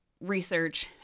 research